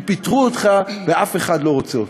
כי פיטרו אותך ואף אחד לא רוצה אותך.